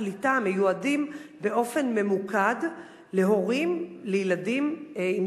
המיועדים באופן ממוקד להורים לילדים עם